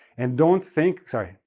and don't think sorry,